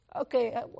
Okay